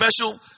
special